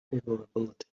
favorability